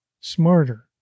smarter